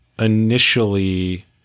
initially